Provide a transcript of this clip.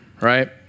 right